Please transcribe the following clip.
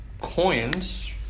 Coins